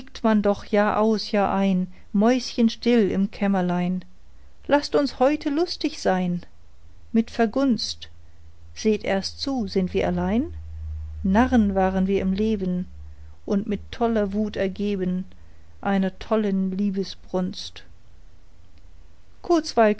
man doch jahraus jahrein mäuschenstill im kämmerlein laßt uns heute lustig sein mit vergunst seht erst zu sind wir allein narren waren wir im leben und mit toller wut ergeben einer tollen liebesbrunst kurzweil